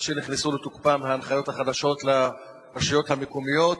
עד שנכנסו לתוקפן ההנחיות החדשות לרשויות המקומיות,